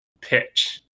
pitch